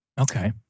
Okay